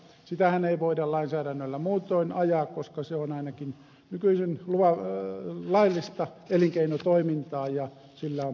sitähän ei voida lainsäädännöllä muutoin ajaa koska se on ainakin nykyisin laillista elinkeinotoimintaa ja sillä on perustuslain suoja